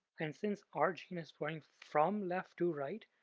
and since our gene is flowing from left to right,